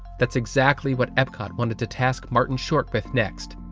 that's exactly what epcot wanted to task martin short with next.